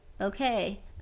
okay